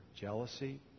jealousy